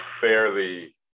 fairly